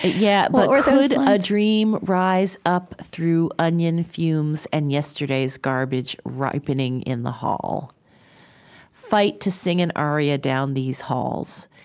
yeah but could a dream rise up through onion fumes, and yesterday's garbage ripening in the hall fight to sing an aria down these halls,